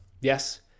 Yes